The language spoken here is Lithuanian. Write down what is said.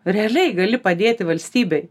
realiai gali padėti valstybei